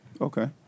Okay